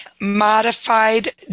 modified